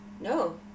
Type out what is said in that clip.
no